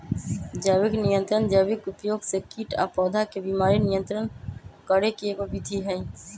जैविक नियंत्रण जैविक उपयोग से कीट आ पौधा के बीमारी नियंत्रित करे के एगो विधि हई